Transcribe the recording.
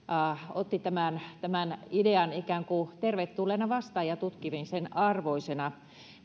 otti tämän tämän idean ikään kuin tervetulleena ja tutkimisen arvoisena